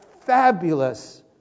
fabulous